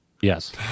Yes